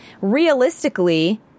realistically